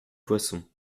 poisson